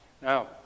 Now